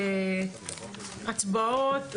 הצבעות,